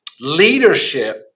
leadership